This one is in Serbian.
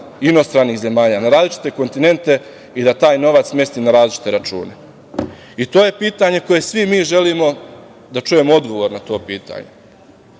inostranih zemalja, na različite kontinente i da taj novac smesti na različite račune. I to je pitanje na koje svi mi želimo da čujemo odgovor. Razumljivo je